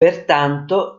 pertanto